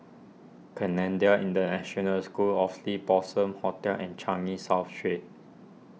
Canadian International School Oxley Blossom Hotel and Changi South Street